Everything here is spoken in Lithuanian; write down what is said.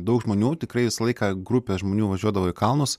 daug žmonių tikrai visą laiką grupė žmonių važiuodavo į kalnus